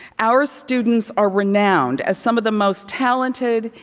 our students are renowned as some of the most talented,